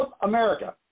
America